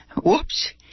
whoops